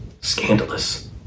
scandalous